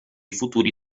futuri